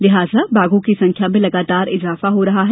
लिहाजा बाघों की संख्या में लगातार इजाफा हो रहा है